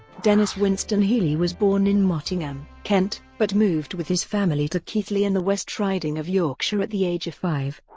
denis winston healey was born in mottingham, kent, but moved with his family to keighley in the west riding of yorkshire at the age of five.